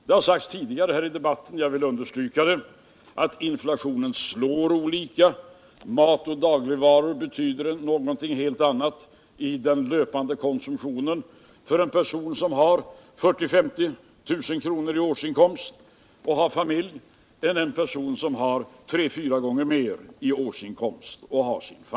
Det har sagts tidigare i debatten och jag vill understryka det, att inflationen slår olika. Mat och dagligvaror betyder något helt annat i den löpande konsumtionen för en person som har 40 000-50 000 kr. i årsinkomst än för en person som har tre fyra gånger mer i årsinkomst.